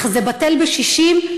אך זה בטל בשישים,